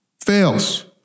fails